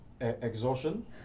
Exhaustion